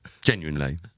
Genuinely